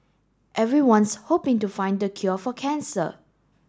everyone's hoping to find the cure for cancer